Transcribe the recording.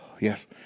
Yes